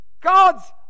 God's